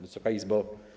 Wysoka Izbo!